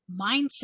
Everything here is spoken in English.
Mindset